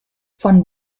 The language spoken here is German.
von